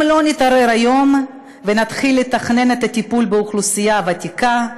אם לא נתעורר היום ונתחיל לתכנן את הטיפול באוכלוסייה הוותיקה,